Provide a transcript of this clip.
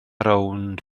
rownd